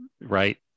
right